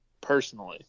personally